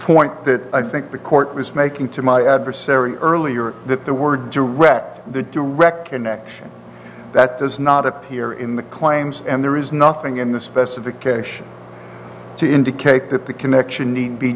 point that i think the court was making to my adversary earlier that there were direct the direct connection that does not appear in the claims and there is nothing in the specification to indicate that the connection need be